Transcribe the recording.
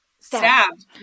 stabbed